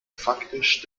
faktisch